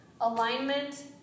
Alignment